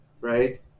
right